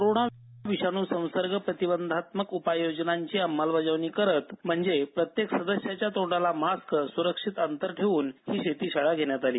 corona विषाणू संसर्ग प्रतिबंधात्मक उपाय योजनांची अंमलबजावणी करत म्हणजे प्रत्येक सदस्याच्या तोंडाला मास्क सुरक्षित अंतर ठेवून ही शेती शाळा घेण्यात आली